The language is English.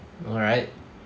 alright